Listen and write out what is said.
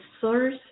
source